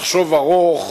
לחשוב לטווח ארוך,